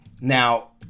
Now